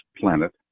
planet